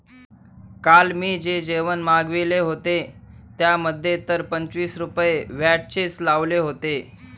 काल मी जे जेवण मागविले होते, त्यामध्ये तर पंचवीस रुपये व्हॅटचेच लावले होते